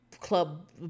club